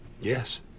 yes